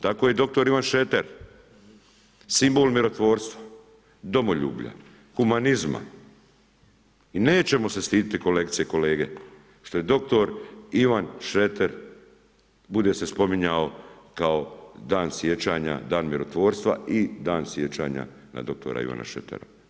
Tako je dr. Ivan Šreter simbol mirotvorstva, domoljublja, humanizma i nećemo se stiditi kolegice i kolege što je dr. Ivan Šreter bude se spominjao kao dan sjećanja, dan mirotvorstva i dan sjećanja na dr. Ivana Šretera.